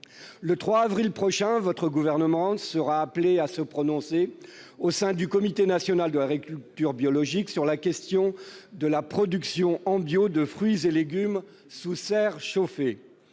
Le 3 avril prochain, votre gouvernement sera appelé à se prononcer, au sein du Comité national de l'agriculture biologique, sur la question de la production en bio de fruits et légumes sous serres chauffées.